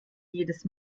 jedes